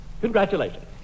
Congratulations